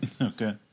Okay